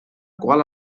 qual